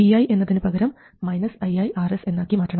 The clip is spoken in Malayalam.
vi എന്നതിന് പകരം iiRs എന്നാക്കി മാറ്റണം